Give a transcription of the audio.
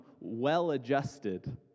well-adjusted